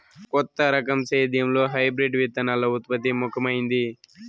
కొత్త రకం సేద్యంలో హైబ్రిడ్ విత్తనాల ఉత్పత్తి ముఖమైంది